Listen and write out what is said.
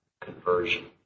conversion